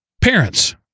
parents